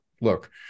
look